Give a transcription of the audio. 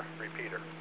repeater